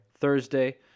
Thursday